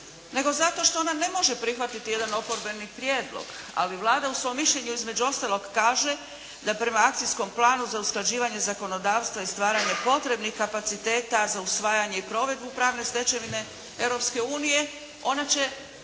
nego zato što ona ne može prihvatiti jedan oporbeni prijedlog. Ali Vlada u svom mišljenju između ostalog kaže da prema akcijskom planu za usklađivanje zakonodavstva i stvaranje potrebnih kapaciteta za usvajanje i provedbu pravne stečevine Europske